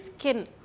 Skin